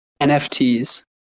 nfts